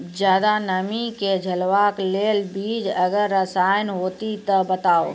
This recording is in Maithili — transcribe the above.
ज्यादा नमी के झेलवाक लेल बीज आर रसायन होति तऽ बताऊ?